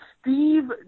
Steve